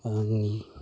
आङै